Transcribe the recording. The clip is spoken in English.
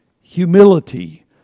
humility